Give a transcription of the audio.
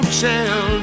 tell